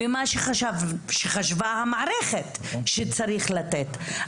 ממה שחשבה המערכת שצריך לתת.